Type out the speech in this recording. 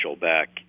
back